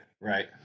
Right